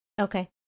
Okay